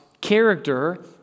character